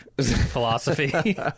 philosophy